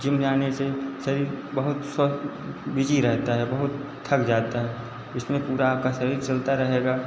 gym जाने से शरीर बहुत स्वस्थ बिजी रहता है बहुत थक जाता है इसमें पूरा आपका शरीर चलता रहेगा